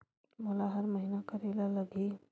मोला हर महीना करे ल लगही?